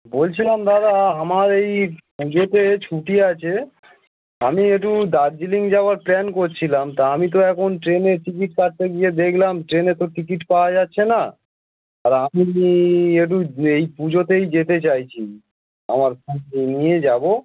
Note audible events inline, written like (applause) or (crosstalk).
বলছিলাম দাদা আমার এই পুজোতে ছুটি আছে আমি একটু দার্জিলিং যাওয়ার প্ল্যান করছিলাম তা আমি তো এখন ট্রেনে টিকিট কাটতে গিয়ে দেখলাম ট্রেনে তো টিকিট পাওয়া যাচ্ছে না আর আমি একটু এই পুজোতেই যেতে চাইছি আমার (unintelligible) নিয়ে যাবো